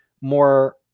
more